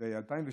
ב-2016